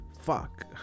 Fuck